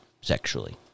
Sexually